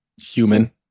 Human